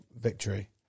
victory